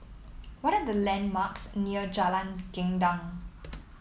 what are the landmarks near Jalan Gendang